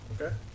Okay